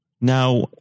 Now